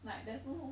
like there's no